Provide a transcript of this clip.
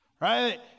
right